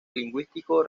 lingüístico